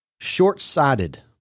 short-sighted